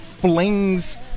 flings